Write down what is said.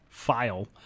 file